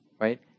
right